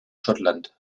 schottland